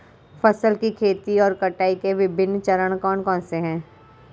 फसल की खेती और कटाई के विभिन्न चरण कौन कौनसे हैं?